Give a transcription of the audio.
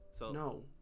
No